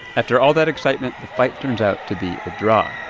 after all that excitement, the fight turns out to be a draw